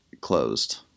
closed